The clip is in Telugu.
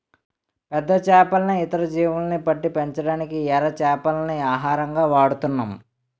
పెద్ద చేపల్ని, ఇతర జీవుల్ని పట్టి పెంచడానికి ఎర చేపల్ని ఆహారంగా వాడుతున్నాం